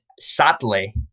sadly